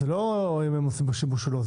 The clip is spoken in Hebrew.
זה לא אם הם עושים בו שימוש או לא.